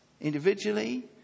individually